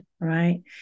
Right